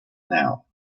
now